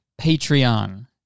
Patreon